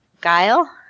Guile